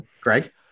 Greg